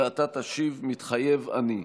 ואתה תשיב: "מתחייב אני".